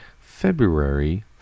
February